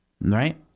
Right